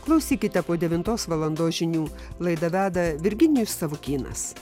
klausykite po devintos valandos žinių laidą veda virginijus savukynas